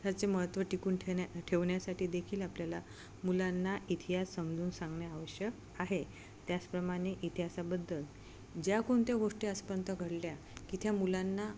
ह्याचे महत्त्व टिकून ठेन्या ठेवण्यासाठी देखील आपल्याला मुलांना इतिहास समजून सांगणे आवश्यक आहे त्याचप्रमाणे इतिहासाबद्दल ज्या कोणत्या गोष्टी आजपर्यंत घडल्या की त्या मुलांना